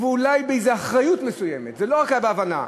ואולי באיזו אחריות מסוימת, זה לא היה רק בהבנה.